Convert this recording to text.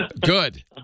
Good